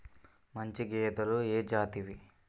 మంచి గేదెలు ఏ జాతివి?